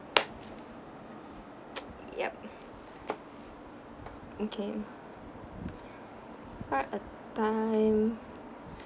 yup okay what a time